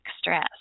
stress